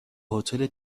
هتل